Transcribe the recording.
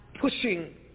pushing